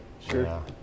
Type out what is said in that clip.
Sure